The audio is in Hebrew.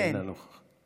שאינה נוכחת.